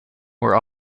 were